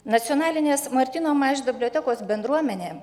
nacionalinės martyno mažvydo bibliotekos bendruomenė